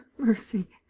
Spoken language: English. mercy.